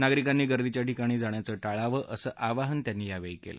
नागरिकांनी गर्दीच्या ठिकाणी जाण्याचं टाळावं असं आवाहन त्यांनी यावेळी केलं